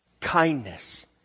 kindness